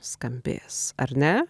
skambės ar ne